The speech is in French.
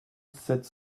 sept